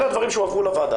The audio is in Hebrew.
אלה הדברים שהועברו לוועדה,